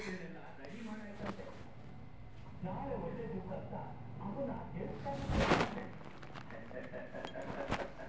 ಭಾರತ ಕೃಷಿಯಲ್ಲಿನ ಅವೈಜ್ಞಾನಿಕ ಪದ್ಧತಿ, ತುಂಡು ಭೂಮಿ, ಮತ್ತು ಆಹಾರ ಸಂಸ್ಕರಣಾದ ಕೊರತೆ ಇರುವುದು ಕೃಷಿಗೆ ತೊಡಕಾಗಿದೆ